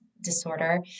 disorder